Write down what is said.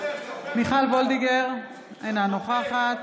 מיכל וולדיגר, אינה נוכחת